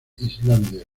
islandia